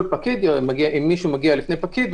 אם מישהו מגיע לפני פקיד,